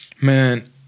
Man